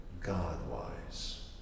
God-wise